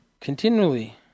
continually